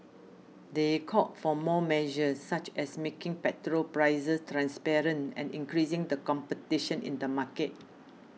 they called for more measures such as making petrol prices transparent and increasing the competition in the market